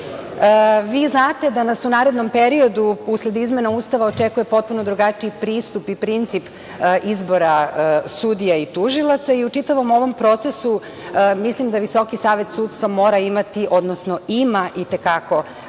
znate da nas u narednom periodu usled izmena Ustava očekuje potpuno drugačiji pristup i princip izbora sudija i tužioca i u čitavom ovom procesu mislim da Visoki savet sudstva mora imati, odnosno ima i te kako